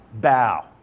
bow